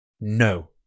No